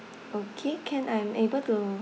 okay can I'm able to